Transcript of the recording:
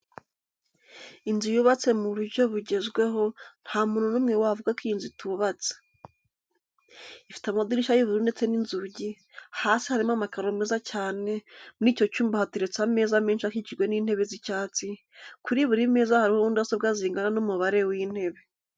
Inzu yubatse neza mu buryo bugezweho, nta muntu n'umwe wavuga ko iyi nzu itubatse. Ifite amadirishya y'ubururu ndetse n'inzugi, hasi harimo amakaro meza cyane, muri icyo cyumba hateretse ameza menshi akikijwe n'intebe z'icyatsi, kuri buri meza hariho mudasobwa zingana n'umubare w'intebe.